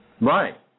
Right